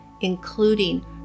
including